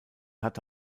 hatte